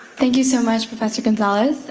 thank you so much, professor gonzales.